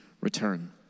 return